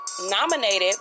nominated